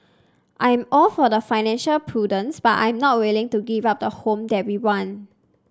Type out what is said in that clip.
I am all for financial prudence but I am not willing to give up the home that we want